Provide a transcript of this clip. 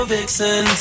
Vixen